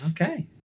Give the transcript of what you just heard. Okay